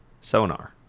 sonar